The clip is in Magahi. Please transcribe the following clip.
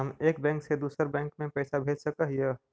हम एक बैंक से दुसर बैंक में पैसा भेज सक हिय?